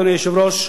אדוני היושב-ראש,